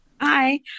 Hi